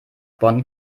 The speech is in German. bonn